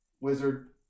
wizard